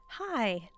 Hi